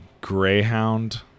Greyhound